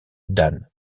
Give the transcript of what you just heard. dan